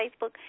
Facebook